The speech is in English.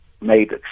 made